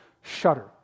shudder